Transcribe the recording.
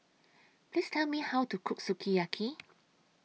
Please Tell Me How to Cook Sukiyaki